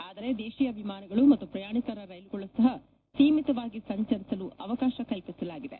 ಆದರೆ ದೇಶೀಯ ವಿಮಾನಗಳು ಮತ್ತು ಪ್ರಯಾಣಿಕರ ರೈಲುಗಳು ಸಪ ಸೀಮಿತಾಗಿ ಸಂಚರಿಸಲು ಅವಕಾಶ ಕಲ್ಪಿಸಲಾಗಿದೆ